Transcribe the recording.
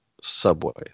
Subways